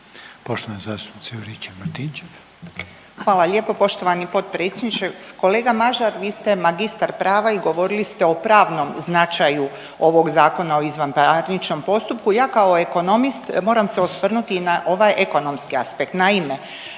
**Juričev-Martinčev, Branka (HDZ)** Hvala lijepo poštovani potpredsjedniče. Kolega Mažar vi ste magistar prava i govorili ste o pravnom značaju ovog Zakona o izvanparničnom postupku, ja kao ekonomist moram se osvrnuti na ovaj ekonomski aspekt. Naime,